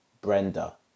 Brenda